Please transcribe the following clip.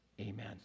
Amen